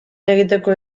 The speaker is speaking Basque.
egiteko